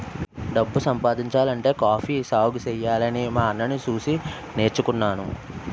డబ్బు సంపాదించాలంటే కాఫీ సాగుసెయ్యాలని మా అన్నని సూసి నేర్చుకున్నాను